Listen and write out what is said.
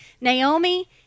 Naomi